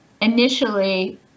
initially